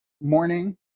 morning